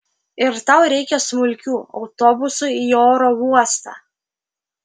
ir tau reikia smulkių autobusui į oro uostą